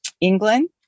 England